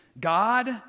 God